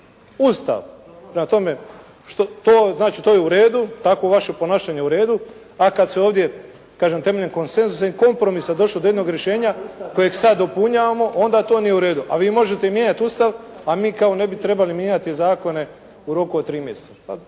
Ustav! Prema tome, znači to je u redu, takvo vaše ponašanje je u redu, a kad se ovdje, kažem temeljem konsenzusa i kompromisa došlo do jednog rješenja kojeg sad dopunjavamo, onda to nije u redu, a vi možete mijenjati Ustav, a mi kao ne bi trebali mijenjati zakone u roku od tri mjeseca.